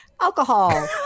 alcohol